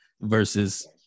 versus